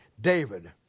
David